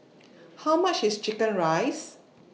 How much IS Chicken Rice